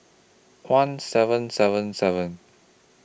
one seven seven seven